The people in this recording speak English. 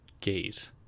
gaze